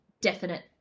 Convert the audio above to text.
definite